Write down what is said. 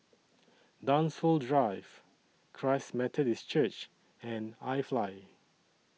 Dunsfold Drive Christ Methodist Church and IFly